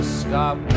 stop